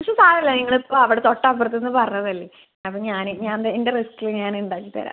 പക്ഷേ സാരമില്ല ഇങ്ങളിപ്പം അവിടെ തൊട്ടപ്പറത്തുന്ന് പറഞ്ഞതല്ലെ അത് ഞാൻ ഞാൻ ത എൻ്റെ റിസ്ക്കിൽ ഞാനുണ്ടാക്കി തരാം